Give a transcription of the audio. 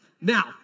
Now